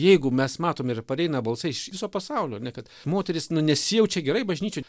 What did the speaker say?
jeigu mes matom ir pareina balsai iš viso pasaulio ane kad moteris na nesijaučia gerai bažnyčioj